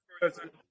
president